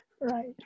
Right